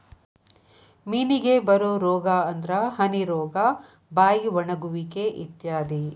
ಮೇನಿಗೆ ಬರು ರೋಗಾ ಅಂದ್ರ ಹನಿ ರೋಗಾ, ಬಾಯಿ ಒಣಗುವಿಕೆ ಇತ್ಯಾದಿ